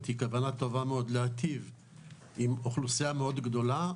היא כוונה טובה מאוד להיטיב עם אוכלוסייה מאוד גדולה,